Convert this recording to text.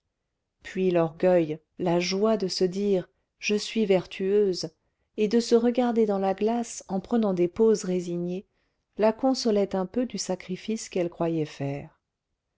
puis l'orgueil la joie de se dire je suis vertueuse et de se regarder dans la glace en prenant des poses résignées la consolait un peu du sacrifice qu'elle croyait faire